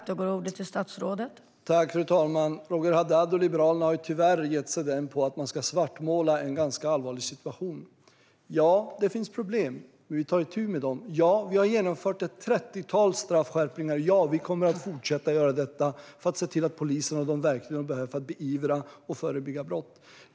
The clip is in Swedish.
Fru talman! Roger Haddad och Liberalerna har tyvärr gett sig den på att svartmåla en ganska allvarlig situation. Ja, det finns problem. Och vi tar itu med dem. Ja, vi har genomfört ett trettiotal straffskärpningar. Och vi kommer att fortsätta göra det, för att se till att polisen har de verktyg man behöver för att beivra och förebygga brott.